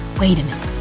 wait a minute.